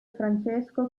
francesco